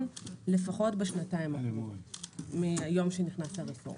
לפחות בשנתיים הקרובות מהיום שנכנסת הרפורמה.